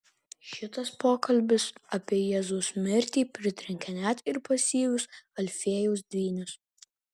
šitas pokalbis apie jėzaus mirtį pritrenkė net ir pasyvius alfiejaus dvynius